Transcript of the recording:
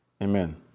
Amen